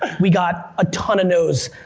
we got a ton of no's.